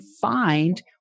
find